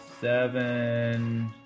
seven